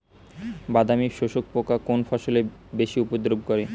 বাদামি শোষক পোকা কোন ফসলে বেশি উপদ্রব করে?